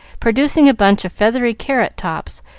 producing a bunch of feathery carrot-tops,